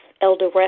Elder